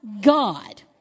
God